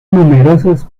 numerosos